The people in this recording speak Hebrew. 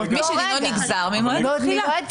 ממועד התחילה.